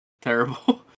Terrible